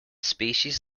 species